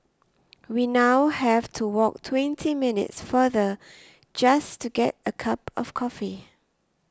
we now have to walk twenty minutes farther just to get a cup of coffee